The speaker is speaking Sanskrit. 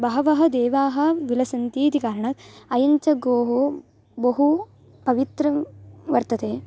बहवः देवाः विलसन्तीति कारणात् इयञ्च गौः बहु पवित्रं वर्तते